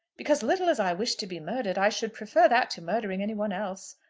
because little as i wish to be murdered, i should prefer that to murdering any one else.